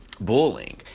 bullying